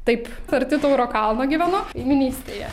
taip arti tauro kalno gyvenu kaiminystėje